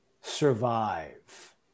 survive